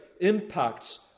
impacts